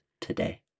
today